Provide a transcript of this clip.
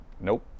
nope